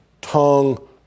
tongue